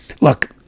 Look